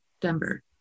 Denver